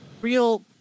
real-